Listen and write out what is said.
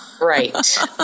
Right